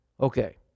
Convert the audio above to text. Okay